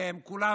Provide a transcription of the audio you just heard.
והם כולם